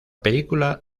película